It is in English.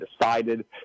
decided